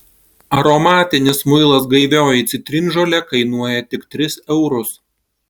aromatinis muilas gaivioji citrinžolė kainuoja tik tris eurus